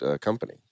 company